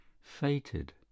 fated